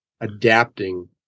adapting